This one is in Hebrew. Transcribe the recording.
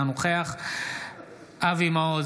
אינו נוכח אבי מעוז,